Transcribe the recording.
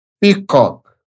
peacock